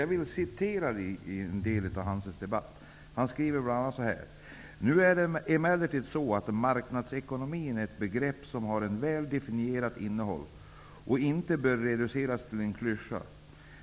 Jag vill citera en del av hans artikel. Han skriver bl.a. så här: ''Nu är det emellertid så, att ''marknadsekonomi' är ett begrepp som har ett väl definierat innehåll och inte bör reduceras till en klyscha.